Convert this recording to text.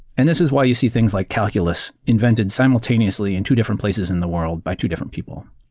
and this is why you see things like calculus invented simultaneously in two different places in the world by two different people.